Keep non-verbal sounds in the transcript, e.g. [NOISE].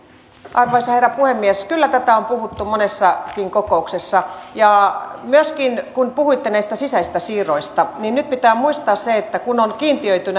arvoisa herra puhemies kyllä tästä on puhuttu monessakin kokouksessa myöskin kun puhuitte näistä sisäisistä siirroista niin nyt pitää muistaa se että kun on kiintiöity [UNINTELLIGIBLE]